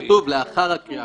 כתוב: לאחר הקריאה